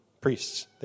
priests